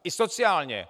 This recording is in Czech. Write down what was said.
I sociálně.